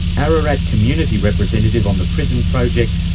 ararat community representative on the prison project,